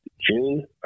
June